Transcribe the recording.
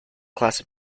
class